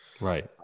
Right